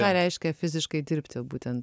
ką reiškia fiziškai dirbti būtent